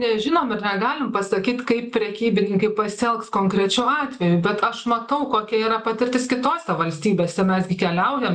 nežinom ir negalim pasakyt kaip prekybininkai pasielgs konkrečiu atveju bet aš matau kokia yra patirtis kitose valstybėse mes gi keliaujam